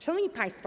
Szanowni Państwo!